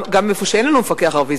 גם איפה שאין לנו מפקח ערבי,